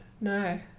No